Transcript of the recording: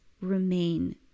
remain